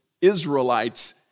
Israelites